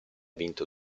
vinto